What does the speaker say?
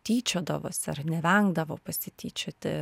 tyčiodavosi ar nevengdavo pasityčioti